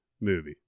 movie